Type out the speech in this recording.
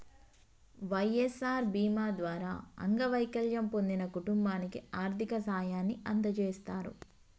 వై.ఎస్.ఆర్ బీమా ద్వారా అంగవైకల్యం పొందిన కుటుంబానికి ఆర్థిక సాయాన్ని అందజేస్తారు